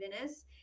Venice